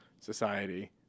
society